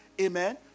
Amen